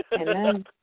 Amen